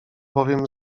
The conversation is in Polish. bowiem